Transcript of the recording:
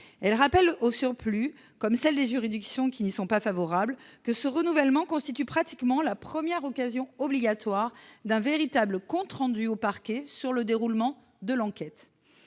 Elles rappellent au surplus, comme celles des juridictions qui n'y sont pas favorables, que ce renouvellement constitue pratiquement la première occasion obligatoire d'un véritable compte rendu au parquet sur le déroulement de l'enquête